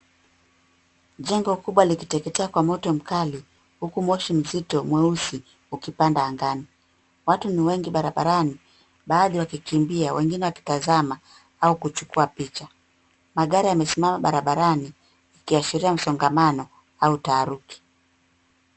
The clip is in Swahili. Jengo kubwa likiteketea kwa moto mkali, huku moshi mzito mweusi ukipanda angani. Watu ni wengi barabarani, baadhi wakikimbia, wengine wakitazama au kuchukua picha. Magari yamesimama barabarani, ikiashiria msongamano au taharuki.